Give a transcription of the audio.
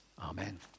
Amen